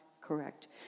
correct